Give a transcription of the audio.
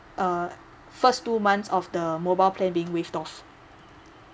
uh first two months of the mobile plan being waive off